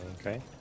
Okay